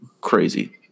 Crazy